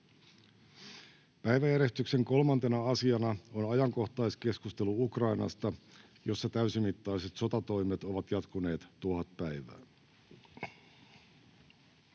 Päiväjärjestyksen 3. asiana on ajankohtaiskeskustelu Ukrainasta, jossa täysimittaiset sotatoimet ovat jatkuneet 1 000 päivää.